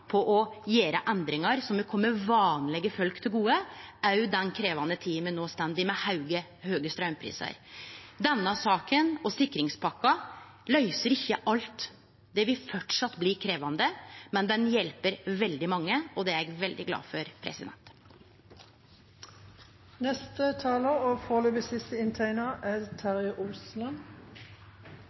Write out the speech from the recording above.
å gjere endringar som vil kome vanlege folk til gode, også i den krevjande tida me no står i, med høge straumprisar. Denne saka og sikringspakka løyser ikkje alt, det vil framleis bli krevjande, men ho hjelper veldig mange, og det er eg veldig glad for.